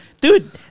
Dude